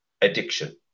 addiction